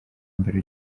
mbere